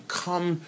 come